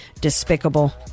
despicable